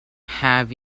have